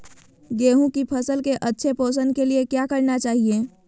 गेंहू की फसल के अच्छे पोषण के लिए क्या करना चाहिए?